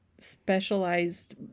specialized